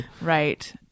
right